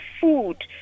food